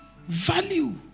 Value